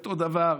אותו דבר,